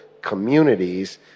communities